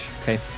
okay